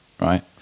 right